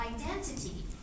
identity